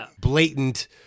blatant